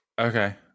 Okay